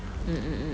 mm mm mm mm